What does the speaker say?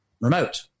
remote